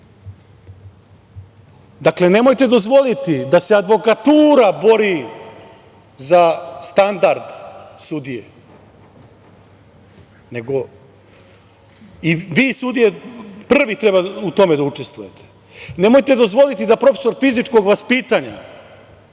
Dakle, nemojte dozvoliti da se advokatura bori za standard sudije, nego i vi sudije prvi treba u tome da učestvujete. Nemojte dozvoliti da profesor fizičkog vaspitanja,